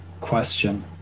question